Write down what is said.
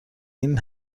این